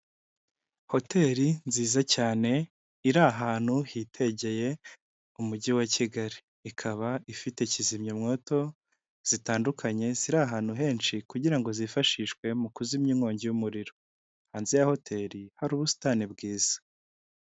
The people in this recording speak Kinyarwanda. Hoteli nziza cyane iri ahantu hitegeye umujyi wa Kigali ikaba ifite kizimyamwoto zitandukanye ziri ahantu henshi kugira ngo zifashishwe mu kuzimya inkongi y'umuriro hanze ya hotel hari ubusitani bwiza.